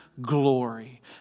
glory